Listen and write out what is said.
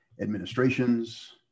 administrations